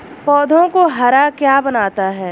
पौधों को हरा क्या बनाता है?